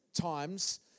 times